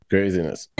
Craziness